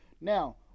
now